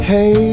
Hey